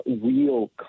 real